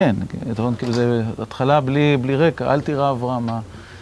כן, זאת התחלה בלי רקע, אל תירא אברהם.